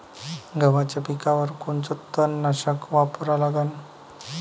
गव्हाच्या पिकावर कोनचं तननाशक वापरा लागन?